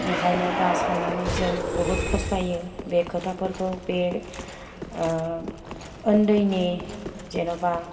ओंखायनो दा साननानै जों बुहुथ फसथायो बे खोथाफोरखौ बे ओनदैनि जेन'बा